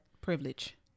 privilege